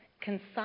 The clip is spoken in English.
concise